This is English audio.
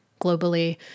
globally